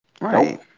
Right